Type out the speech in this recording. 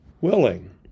willing